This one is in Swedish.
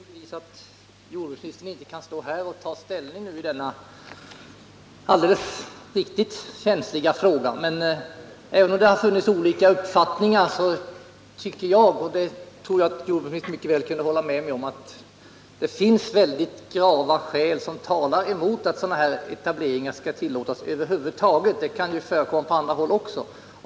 Herr talman! Jag förstår att jordbruksministern inte kan stå här och ta ställning i denna —det är alldeles riktigt — känsliga fråga. Men även om det har funnits olika uppfattningar tycker jag — och det tror jag jordbruksministern mycket väl kunde hålla med mig om —-att det finns starka skäl som talar emot att sådana här etableringar över huvud taget tiliåts. Det kan ju förekomma på andra håll också.